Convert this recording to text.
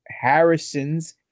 Harrison's